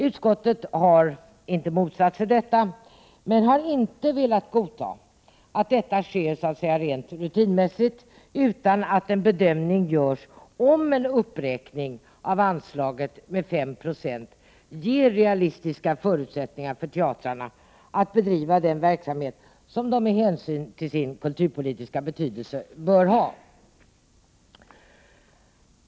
Utskottet har inte motsatt sig detta, men har inte velat godta att det sker rent rutinmässigt utan att en bedömning görs — om en uppräkning av anslaget med 5 Yo ger realistiska förutsättningar för teatrarna att bedriva den verksamhet som de med hänsyn till sin kulturpolitiska betydelse bör ha.